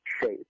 shape